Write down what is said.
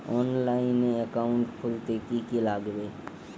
অনলাইনে একাউন্ট খুলতে কি কি লাগবে?